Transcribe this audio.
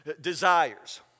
Desires